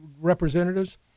representatives